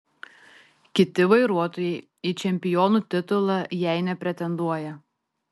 kiti vairuotojai į čempionų titulą jei nepretenduoja